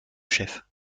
chef